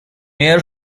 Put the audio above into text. mayor